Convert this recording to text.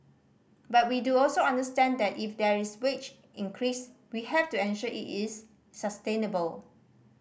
but we do also understand that if there is wage increase we have to ensure it is sustainable